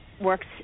works